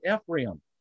Ephraim